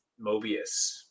Mobius